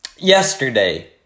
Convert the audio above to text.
Yesterday